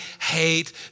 hate